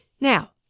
Now